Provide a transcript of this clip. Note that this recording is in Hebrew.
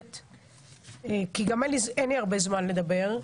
להצליח לראות את האיש, את האדם מעבר לאידאולוגיה.